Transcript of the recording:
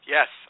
Yes